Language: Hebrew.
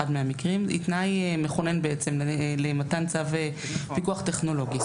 המקרים היא תנאי מכונן בעצם למתן צו פיקוח טכנולוגי,